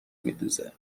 میدوزه